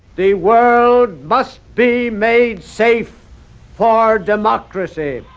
the world must be made safe for democracy.